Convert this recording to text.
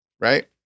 Right